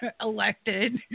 elected